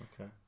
Okay